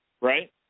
right